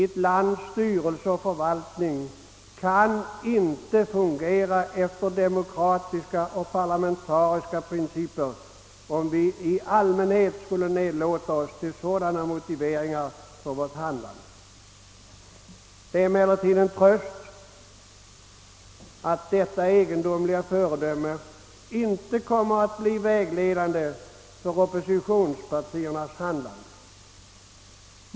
Ett lands styrelse och förvaltning kan inte fungera efter demokratiska och parlamentariska principer om vi i allmänhet skulle nedlåta oss till sådana motiveringar för vårt handlande. Det är emellertid en tröst att detta egendomliga föredöme inte kommer att bli vägledande för oppositionspartiernas handlande.